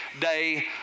day